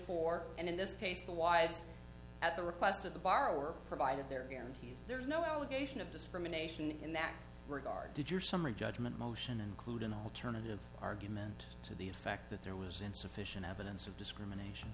for and in this case the wives at the request of the borrower provided their guarantees there's no allegation of discrimination in that regard did your summary judgment motion include an alternative argument to the effect that there was insufficient evidence of discrimination